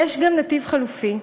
יש גם נתיב חלופי,